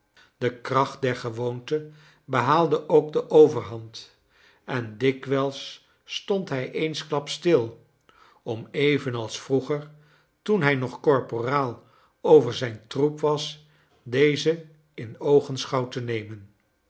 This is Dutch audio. de kracht der gewoonte behaalde ook de overhand en dikwijls stond hij eensklaps stil om evenals vroeger toen hij nog korporaal over zijn troep was deze in oogenschouw te nemen